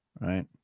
right